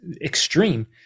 extreme